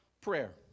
prayer